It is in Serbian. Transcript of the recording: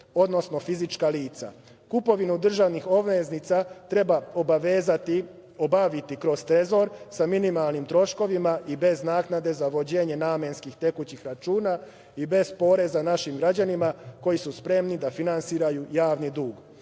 odnosno fizička lica. Kupovinu državnih obveznica treba obaviti kroz trezor, sa minimalnim troškovima i bez naknade za vođenje namenskih tekućih računa i bez poreza našim građanima koji su spremni da finansiraju javni